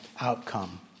outcome